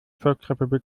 volksrepublik